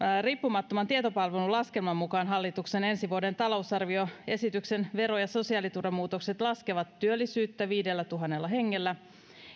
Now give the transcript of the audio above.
riippumattoman tietopalvelun laskelman mukaan hallituksen ensi vuoden talousarvioesityksen vero ja sosiaaliturvamuutokset laskevat työllisyyttä viidellätuhannella hengellä